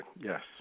yes